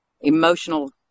emotional